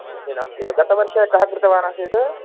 कोऽपि नास्ति वा गतवर्षे कः कृतवान् आसीत्